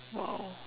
!wow!